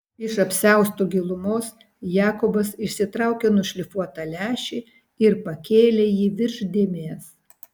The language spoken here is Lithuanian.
iš apsiausto gilumos jakobas išsitraukė nušlifuotą lęšį ir pakėlė jį virš dėmės